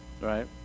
right